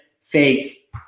fake